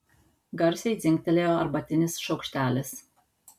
garsiai dzingtelėjo arbatinis šaukštelis